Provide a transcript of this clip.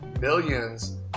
millions